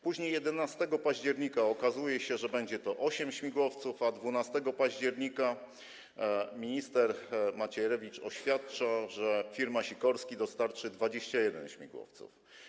Później 11 października okazuje się, że będzie to osiem śmigłowców, a 12 października minister Macierewicz oświadcza, że firma Sikorsky dostarczy 21 śmigłowców.